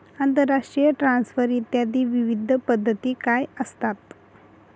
आंतरराष्ट्रीय ट्रान्सफर इत्यादी विविध पद्धती काय असतात?